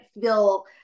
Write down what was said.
feel